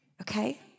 Okay